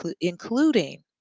including